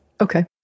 Okay